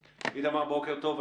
איתמר, בוקר טוב.